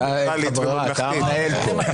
אתה המנהל כאן.